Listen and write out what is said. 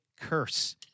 Curse